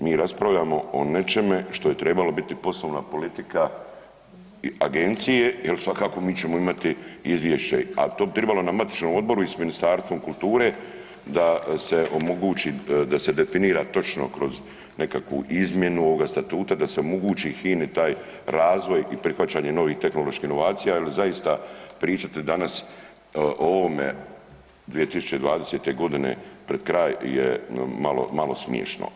Mi raspravljamo o nečeme što je trebalo biti poslovna politika agencije jel svakako mi ćemo imati izvješće, a to bi tribalo na matičnom odboru i s Ministarstvom kulture da se omogući da se definira točno kroz nekakvu izmjenu ovoga statuta da se omogući HINA-i taj razvoj i prihvaćanje novih tehnoloških inovacija jel zaista pričati danas o ovome 2020. godine pred kraj je malo smiješno.